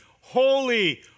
holy